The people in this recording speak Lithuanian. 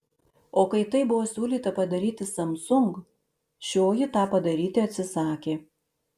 o kai tai buvo siūlyta padaryti samsung šioji tą padaryti atsisakė